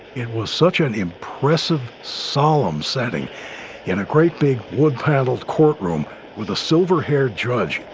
it was such an impressive, solemn setting in a great big wood paneled courtroom with a silver-haired judge.